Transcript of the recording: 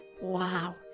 Wow